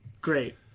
Great